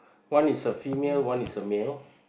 one is a female one is a male